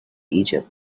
egypt